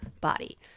body